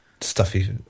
stuffy